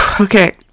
okay